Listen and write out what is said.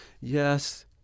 yes